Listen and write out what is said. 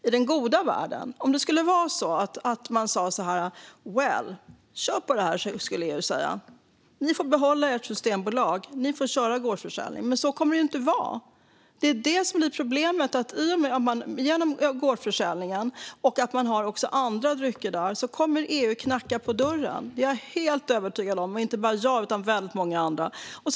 I den goda världen skulle EU säga: "Well, kör på det här - ni får behålla Systembolaget och köra gårdsförsäljning!" Men så kommer det ju inte att vara. Det är det som är problemet, nämligen att gårdsförsäljningen kommer att göra att EU knackar på dörren. Det är jag helt övertygad om, och det är inte bara jag som tror det utan väldigt många andra också.